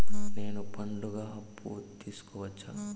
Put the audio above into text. నేను పండుగ అప్పు తీసుకోవచ్చా?